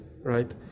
right